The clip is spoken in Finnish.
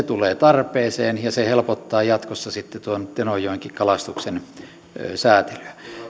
tulee tarpeeseen ja se helpottaa jatkossa sitten tuon tenojoenkin kalastuksen säätelyä